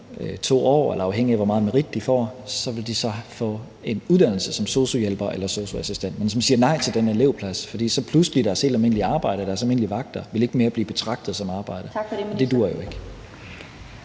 2 år, eller afhængigt af hvor meget merit de får, vil de så få en uddannelse som sosu-hjælper eller sosu-assistent. Men de siger nej til den elevplads, for så vil deres helt almindelige arbejde og deres helt almindelige vagter ikke mere blive betragtet som arbejde. Og det duer jo ikke.